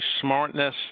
smartness